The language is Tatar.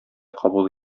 кабул